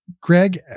Greg